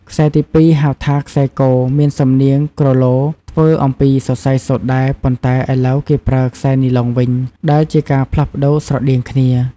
ខ្សែទីពីរ ហៅថា ខ្សែគ មានសំនៀងគ្រលរ ធ្វើអំពីសរសៃសូត្រដែរ ប៉ុន្តែឥឡូវគេប្រើខ្សែនីឡុងវិញ ដែលជាការផ្លាស់ប្តូរស្រដៀងគ្នា។